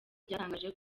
ryatangaje